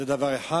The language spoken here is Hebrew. זה דבר אחד.